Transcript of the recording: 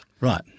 Right